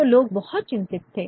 तो लोग बहुत चिंतित थे